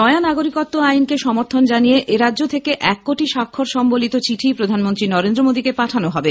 নয়া নাগরিকত্ব আইনকে সমর্থন জানিয়ে এরাজ্য থেকে এক কোটি স্বাক্ষর সম্বলিত চিঠি প্রধানমন্ত্রী নরেন্দ্র মোদিকে পাঠানো হবে